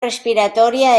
respiratoria